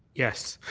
yes,